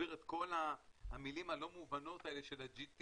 להסביר את כל המילים הלא מובנות האלה של ה-GT,